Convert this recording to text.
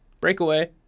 Breakaway